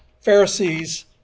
Pharisees